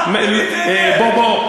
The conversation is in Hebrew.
והם יוקמו.